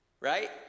right